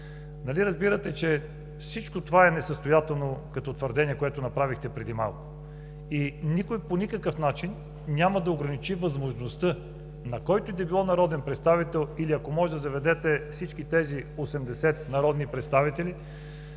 Нали разбирате, че всичко това е несъстоятелно като твърдение, което направихте преди малко? И никой, по никакъв начин няма да ограничи възможността на който и да е било народен представител или ако може да заведете всички тези 80 народни представители,